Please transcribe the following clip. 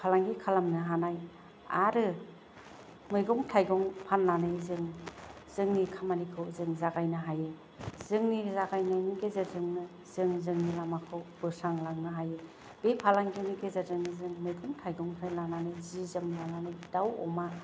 फालांगि खालामनो हानाय आरो मैगं थाइगं फान्नानै जों जोंनि खामानिखौ जों जागायनो हायो जोंनि जागायनायनि गेजेरजोंनो जों जोंनि लामाखौ बोस्रां लांनो हायो बे फालांगिनि गेजेरजोंनो जों मैगं थाइगंनिफ्राय लानानै जि जोम लानानै दाउ अमा